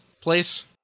Please